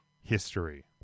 history